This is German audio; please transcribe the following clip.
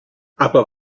aber